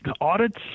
Audits